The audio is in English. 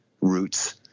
roots